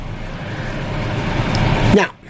Now